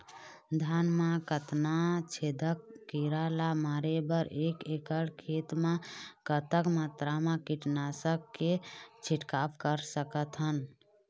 धान मा कतना छेदक कीरा ला मारे बर एक एकड़ खेत मा कतक मात्रा मा कीट नासक के छिड़काव कर सकथन?